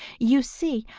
you see,